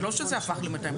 זה לא שזה הפך ל-250.